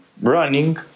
running